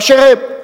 באשר הם,